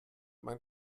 mein